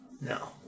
No